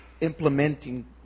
implementing